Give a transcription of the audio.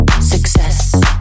Success